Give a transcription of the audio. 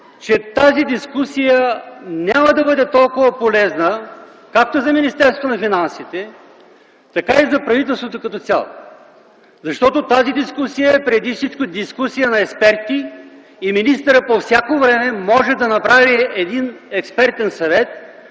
че тази дискусия няма да бъде толкова полезна както за Министерството на финансите, така и за правителството като цяло, защото тази дискусия е преди всичко дискусия на експерти и министърът по всяко време може да направи един експертен съвет,